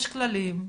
יש כללים,